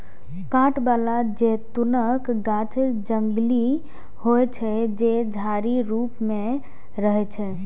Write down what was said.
कांट बला जैतूनक गाछ जंगली होइ छै, जे झाड़ी रूप मे रहै छै